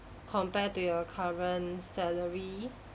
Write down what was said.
compare to your current salary